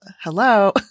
hello